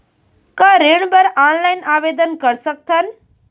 का ऋण बर ऑनलाइन आवेदन कर सकथन?